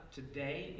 today